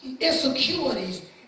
insecurities